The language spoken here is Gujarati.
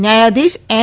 ન્યાયાધીશ એન